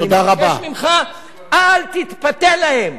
אני מבקש ממך: אל תתפתה להם.